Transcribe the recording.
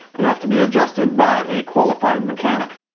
they have to be adjusted by a qualified mechanic.